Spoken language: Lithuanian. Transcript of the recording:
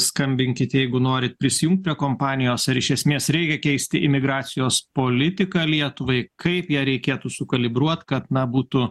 skambinkit jeigu norit prisijungt prie kompanijos ar iš esmės reikia keisti imigracijos politiką lietuvai kaip ją reikėtų sukalibruot kad na būtų